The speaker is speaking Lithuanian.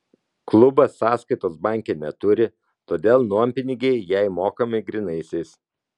klubas sąskaitos banke neturi todėl nuompinigiai jai mokami grynaisiais